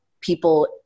people